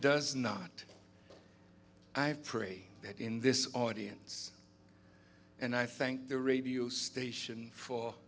does not i pray that in this audience and i thank the radio station for